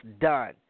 done